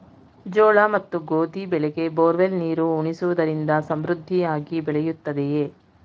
ಜೋಳ ಮತ್ತು ಗೋಧಿ ಬೆಳೆಗೆ ಬೋರ್ವೆಲ್ ನೀರು ಉಣಿಸುವುದರಿಂದ ಸಮೃದ್ಧಿಯಾಗಿ ಬೆಳೆಯುತ್ತದೆಯೇ?